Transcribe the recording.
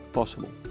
possible